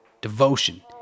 devotion